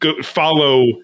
follow